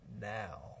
now